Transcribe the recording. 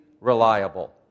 reliable